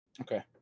Okay